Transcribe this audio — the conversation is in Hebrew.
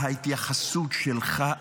ההתייחסות שלך,